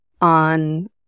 on